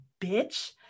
bitch